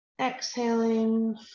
exhaling